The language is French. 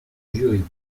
juridique